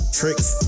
tricks